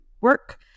work